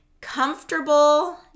Comfortable